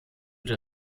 der